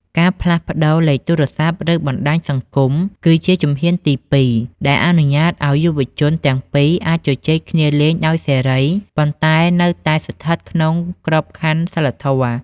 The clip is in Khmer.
ការផ្លាស់ប្តូរលេខទូរស័ព្ទ ឬបណ្ដាញសង្គមគឺជាជំហានទីពីរ ដែលអនុញ្ញាតឱ្យយុវវ័យទាំងពីរអាចជជែកគ្នាលេងដោយសេរី ប៉ុន្តែនៅតែស្ថិតក្នុងក្របខ័ណ្ឌសីលធម៌។